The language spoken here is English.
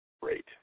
Great